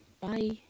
Bye